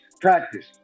practice